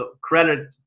credit